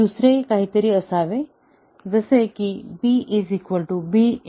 हे दुसरे काहीतरी असावे जसे की b b a